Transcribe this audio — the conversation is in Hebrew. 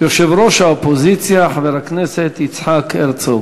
בשביל אזרחי מדינת ישראל.